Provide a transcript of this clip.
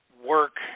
work